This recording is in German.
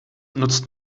nutzt